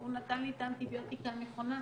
הוא נתן לי את האנטיביוטיקה הנכונה,